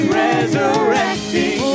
resurrecting